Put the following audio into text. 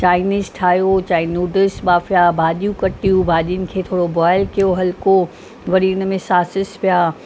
Chinese ठाहियो छाहे noodles ॿाफया भाॼियूं कटियूं भाॼियुनि खे थोरो बॉइल कयो हल्को वरी हुन में सासिस पिया